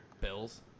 Bills